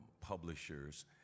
Publishers